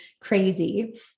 crazy